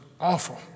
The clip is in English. awful